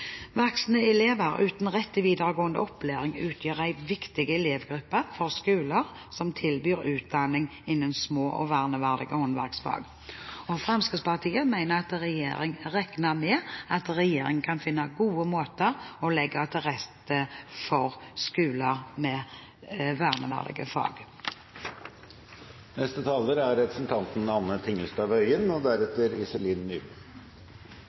elever uten rett til videregående opplæring utgjør en viktig elevgruppe for skoler som tilbyr utdanning innen små og verneverdige håndverksfag. Fremskrittspartiet regner med at regjeringen kan finne gode måter for å legge til rette for skoler med verneverdige fag. De aller fleste elevene i Norge går i offentlige skoler, og